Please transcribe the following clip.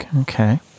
Okay